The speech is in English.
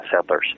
settlers